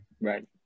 right